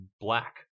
black